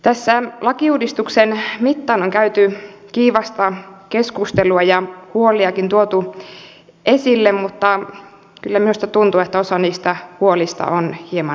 lakiuudistuksen mittaan on käyty kiivasta keskustelua ja huoliakin tuotu esille mutta kyllä minusta tuntuu että osa niistä huolista on hieman ylimitoitettuja